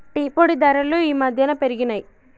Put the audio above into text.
tea పొడి ధరలు ఈ మధ్యన పెరిగినయ్